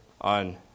on